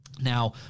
Now